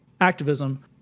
activism